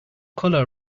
color